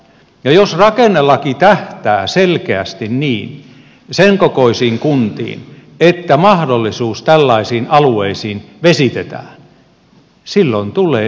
jos rakennelaki tähtää selkeästi sen kokoisiin kuntiin että mahdollisuus tällaisiin alueisiin vesitetään silloin tulee ristiriita perustuslain kanssa